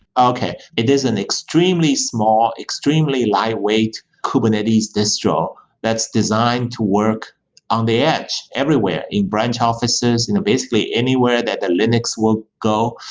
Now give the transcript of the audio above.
okay. it is an extremely small, extremely lightweight kubernetes disjo that's designed to work on the edge, everywhere, in branch offices. basically, anywhere that the linux will go,